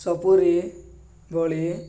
ସପୁରୀ ଭଳି